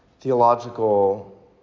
theological